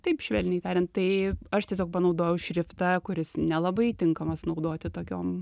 taip švelniai tariant tai aš tiesiog panaudojau šriftą kuris nelabai tinkamas naudoti tokiom